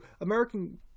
american